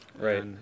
Right